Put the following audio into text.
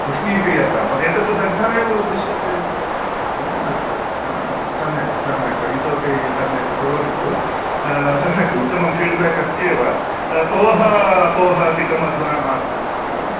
उष्णीक्रियताम् अत् एतत्तु दग्धमेव उद्दृश्यते ह अस्तु ह अस्तु सम्यक् सम्यक् इतोपि सम्यक् कुर्वन्तु सम्यक् उत्तमं फीड्बेक् अस्त्येव पोह अपोह अधिकम् अधुना मास्तु ह